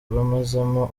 bamazemo